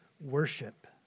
worship